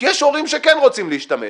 כי יש הורים שכן רוצים להשתמש,